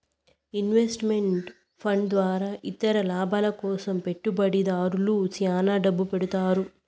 invest meant fund ద్వారా ఇతర లాభాల కోసం పెట్టుబడిదారులు శ్యాన డబ్బు పెడతారు